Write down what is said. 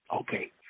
Okay